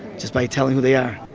just by telling who they are.